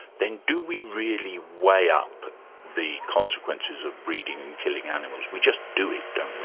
then do we really weigh up the consequences of breeding and killing animals? we just do it, don't we?